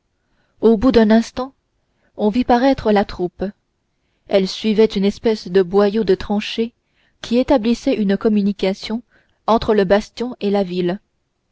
au bout d'un instant on vit paraître la troupe elle suivait une espèce de boyau de tranchée qui établissait une communication entre le bastion et la ville